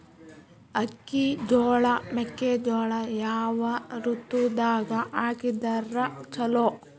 ಅಕ್ಕಿ, ಜೊಳ, ಮೆಕ್ಕಿಜೋಳ ಯಾವ ಋತುದಾಗ ಹಾಕಿದರ ಚಲೋ?